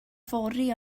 fory